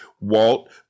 Walt